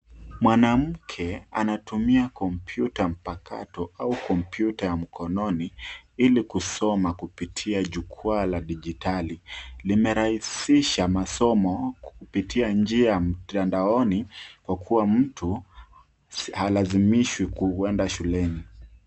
Mwanamke anatumia kompyuta mpakato au kompyuta ya mkononi ili kusoma kupitia jukwaa la dijitali. Limerahisisha masomo kupitia njia ya mtandaoni kwa kuwa mtu halazimishwi kuenda shuleni.